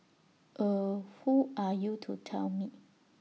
eh who are you to tell me